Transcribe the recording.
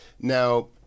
Now